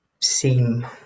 seem